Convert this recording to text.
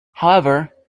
however